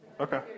Okay